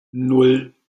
nan